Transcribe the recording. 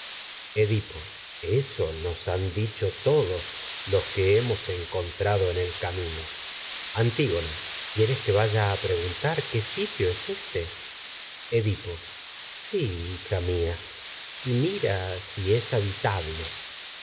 contrado eso el nos han dicho todos los que hemos en en camino antígoña quieres es que vaya a preguntar qué sitio éste edipo si hija mía y mira si es